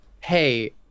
hey